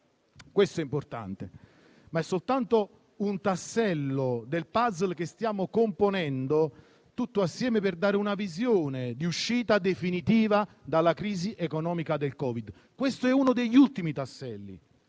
Questo è importante, ma è soltanto un tassello del *puzzle* che stiamo componendo assieme per dare una visione di uscita definitiva dalla crisi economica causata dal Covid. Questo è uno degli ultimi tasselli,